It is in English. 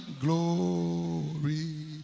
glory